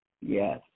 Yes